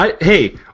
Hey